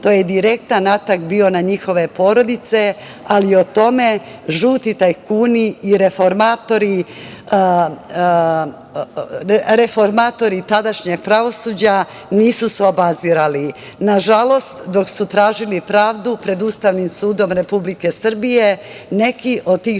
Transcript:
To je direktan atak bio na njihove porodice, ali o tome žuti tajkuni i reformatori tadašnjeg pravosuđa nisu se obazirali. Nažalost, dok su tražili pravdu pred Ustavnim sudom Republike Srbije neki od tih